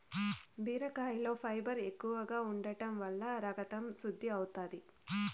బీరకాయలో ఫైబర్ ఎక్కువగా ఉంటం వల్ల రకతం శుద్ది అవుతాది